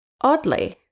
Oddly